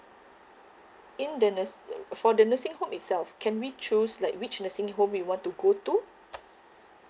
in the nurs~ uh for the nursing home itself can we choose like which nursing home we want to go to